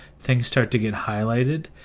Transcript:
things start to get highlighted,